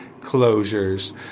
closures